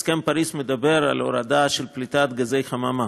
הסכם פריז מדבר על הורדה של פליטת גזי חממה,